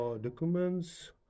documents